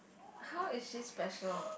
how is she special